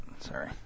Sorry